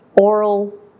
Oral